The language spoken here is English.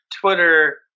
Twitter